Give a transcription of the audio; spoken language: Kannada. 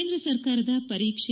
ಕೇಂದ್ರ ಸರ್ಕಾರದ ಪರೀಕ್ಷೆ